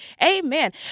Amen